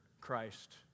Christ